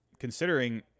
considering